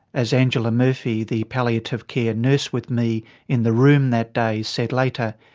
as angela murphy, the palliative care nurse with me in the room that day said later.